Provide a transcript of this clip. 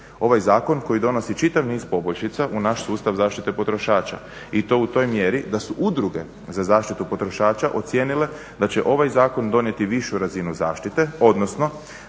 Ovaj zakon koji donosi čitav niz poboljšica u naš sustav zaštite potrošača i to u toj mjeri da su udruge za zaštitu potrošača ocijenile da će ovaj zakon donijeti višu razinu zaštite odnosno